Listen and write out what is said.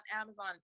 Amazon